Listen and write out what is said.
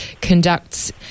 conducts